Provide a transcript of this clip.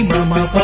Mama